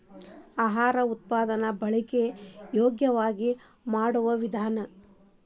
ಆಹಾರ ಉತ್ಪನ್ನ ಗಳನ್ನು ಬಳಕೆಗೆ ಯೋಗ್ಯವಾಗಿ ಮಾಡುವ ವಿಧಾನ